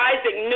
Isaac